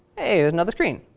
hey, there's another screen,